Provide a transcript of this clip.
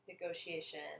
negotiation